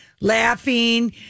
laughing